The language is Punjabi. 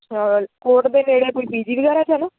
ਚਲ ਕੋਰਟ ਦੇ ਨੇੜੇ ਕੋਈ ਪੀ ਜੀ ਵਗੈਰਾ 'ਚ ਹੈ ਨਾ